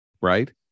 right